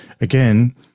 again